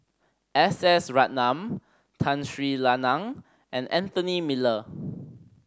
S S Ratnam Tun Sri Lanang and Anthony Miller